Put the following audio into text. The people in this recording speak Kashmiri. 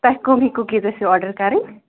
تۄہہِ کٕم ہی کُکیٖز ٲسیو آرڈَر کَرٕنۍ